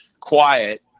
quiet